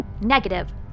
Negative